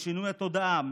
בשינוי התודעה,